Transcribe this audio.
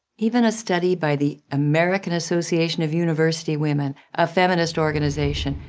even a study by the american association of university women, a feminist organization,